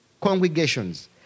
congregations